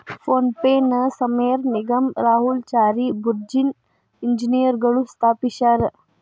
phone ಪೆನ ಸಮೇರ್ ನಿಗಮ್ ರಾಹುಲ್ ಚಾರಿ ಬುರ್ಜಿನ್ ಇಂಜಿನಿಯರ್ಗಳು ಸ್ಥಾಪಿಸ್ಯರಾ